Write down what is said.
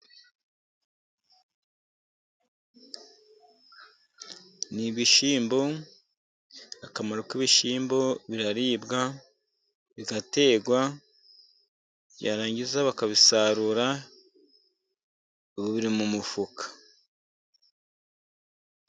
Ni ibishyimbo, akamaro k'ibishyimbo biraribwa, bigaterwa, barangiza bakabisarura. Biri mu mufuka.